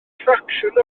ffracsiwn